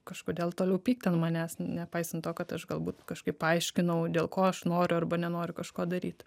kažkodėl toliau pykt ant manęs nepaisant to kad aš galbūt kažkaip paaiškinau dėl ko aš noriu arba nenoriu kažko daryt